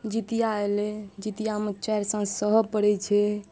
जितिया अयलै जितियामे चारि साँझ सह पड़ै छै